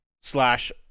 slash